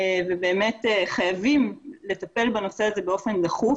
ובאמת חייבים לטפל בנושא הזה באופן דחוף